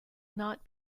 not